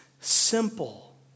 simple